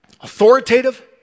authoritative